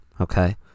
okay